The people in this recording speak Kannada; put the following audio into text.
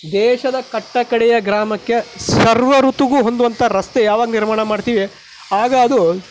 ದೇಶದ ಕಟ್ಟ ಕಡೆಯ ಗ್ರಾಮಕ್ಕೆ ಸರ್ವ ಋತುವಿಗೂ ಹೊಂದುವಂಥ ರಸ್ತೆ ಯಾವಾಗ ನಿರ್ಮಾಣ ಮಾಡ್ತೀವಿ ಆಗ ಅದು